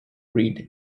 reed